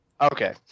Okay